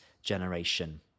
generation